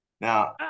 Now